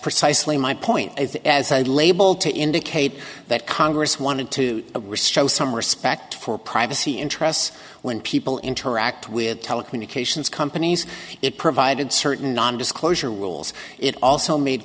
precisely my point as a label to indicate that congress wanted to show some respect for privacy interests when people interact with telecommunications companies it provided certain non disclosure wills it also made